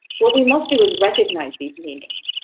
what we must do is recognize these meanings,